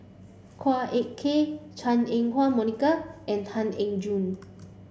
Ek Kay Chua Ah Huwa Monica and Tan Eng Joo